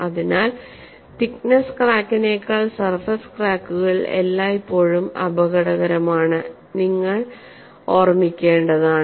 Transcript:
അതിനാൽ തിക്നെസ്സ് ക്രാക്കിനേക്കാൾ സർഫസ് ക്രാക്കുകൾ എല്ലായ്പ്പോഴും അപകടകരമാണ് നിങ്ങൾ ഓർമ്മിക്കേണ്ടതാണ്